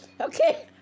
Okay